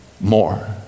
more